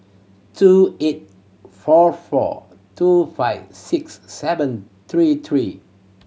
two eight four four two five six seven three three